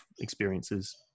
experiences